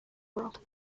world